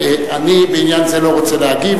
אני, בעניין זה לא רוצה להגיב.